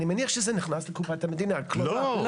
אני מניח שזה נכנס לקופת המדינה --- לא,